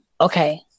Okay